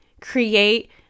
create